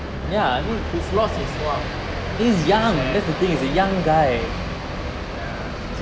!wah! his loss is !wah! sad ya